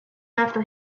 after